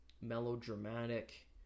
melodramatic